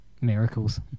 Miracles